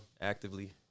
actively